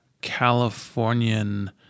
Californian